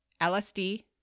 LSD